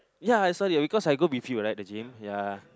ya I saw it because I go with you right the gym ya